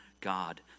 God